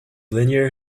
linear